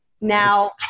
now